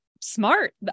smart